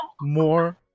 more